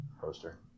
poster